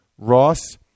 ross